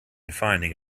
finding